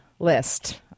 list